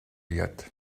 yet